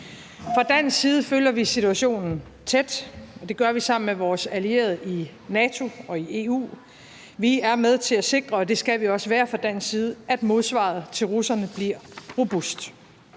Fra dansk side følger vi situationen tæt, og det gør vi sammen med vores allierede i NATO og EU. Vi er med til at sikre, og det skal vi også være fra dansk side, at modsvaret til russerne bliver robust.